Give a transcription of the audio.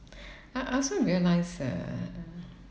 I I also realise uh